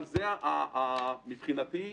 מבחינתי,